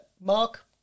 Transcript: Mark